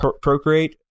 Procreate